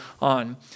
on